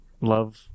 love